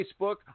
Facebook